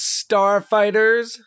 starfighters